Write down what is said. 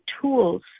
tools